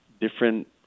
different